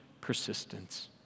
persistence